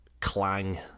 clang